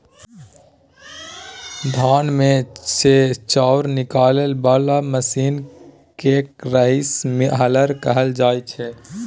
धान मे सँ चाउर निकालय बला मशीन केँ राइस हलर कहल जाइ छै